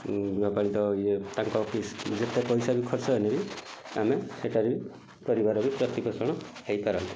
ଗୃହପାଳିତ ଇଏ ତାଙ୍କ ଫିସ ଯେତେ ପଇସା ବି ଖର୍ଚ୍ଚ ହେଲେବି ଆମେ ସେଠାରେ ବି ପରିବାର ବି ପ୍ରତି ପୋଷଣ ହେଇ ପାରନ୍ତେ